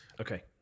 Okay